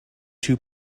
two